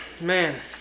Man